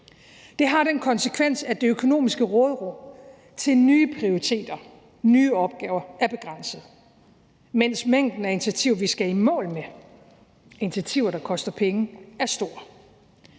Det har den konsekvens, at det økonomiske råderum til nye prioriteter, nye opgaver er begrænset, mens mængden af initiativer, vi skal i mål med – initiativer, der koster penge – er stor.